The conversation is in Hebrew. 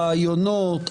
רעיונות,